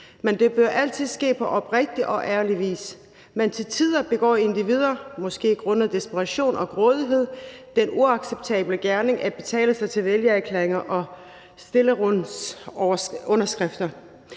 men det bør altid ske på oprigtig og ærlig vis. Men til tider begår individer, måske grundet desperation og grådighed, den uacceptable gerning at betale sig til vælgererklæringer og stillerunderskrifter.